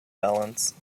balance